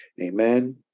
Amen